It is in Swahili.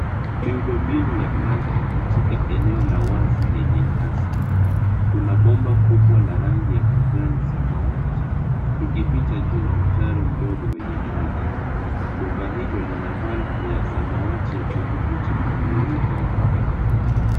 Miundombinu ya maji katika eneo la wazi lenye nyasi. Kuna bomba kubwa la rangi ya kijani samawati, likipita juu ya mtaro mdogo wenye maji. Bomba hilo lina valvu ya samawati ya kudhibiti mtiririko wa maji.